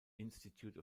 institute